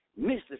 Mr